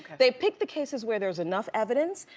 they pick the cases where there's enough evidence,